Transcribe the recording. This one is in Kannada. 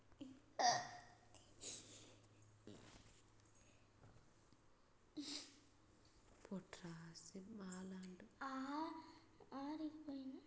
ಮಣ್ಣಿನಲ್ಲಿ ಯಾವುದೆಲ್ಲ ಖನಿಜ ಅಂಶ ಇರಬೇಕಾಗುತ್ತದೆ ಭತ್ತದ ಬೆಳೆಗೆ?